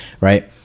right